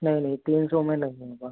नहीं नहीं तीन सौ में नहीं होगा